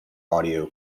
audio